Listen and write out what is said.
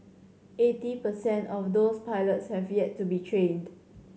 eighty per cent of those pilots have yet to be trained